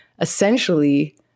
essentially